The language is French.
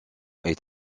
est